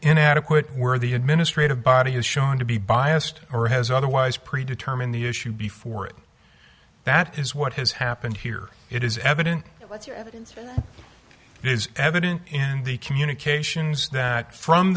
inadequate where the administrative body has shown to be biased or has otherwise pre determined the issue before it that is what has happened here it is evident is evident in the communications that from